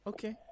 Okay